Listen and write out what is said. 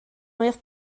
mwyaf